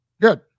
Good